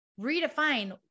redefine